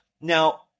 Now